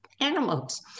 animals